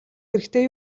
хэрэгтэй